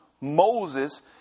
Moses